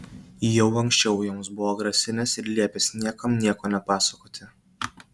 jau anksčiau joms buvo grasinęs ir liepęs niekam nieko nepasakoti